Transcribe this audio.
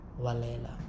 Walela